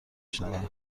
شنوم